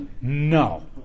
no